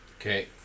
Okay